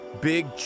Big